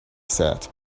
said